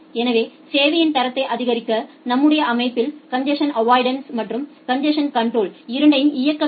எனவே சேவையின் தரத்தை ஆதரிக்க நம்முடைய அமைப்பில் கன்ஜசன் அவ்வாய்டன்ஸ் மற்றும் காங்கேசஷன் கன்ட்ரோல் இரண்டையும் இயக்க வேண்டும்